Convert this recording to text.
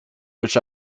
which